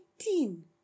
eighteen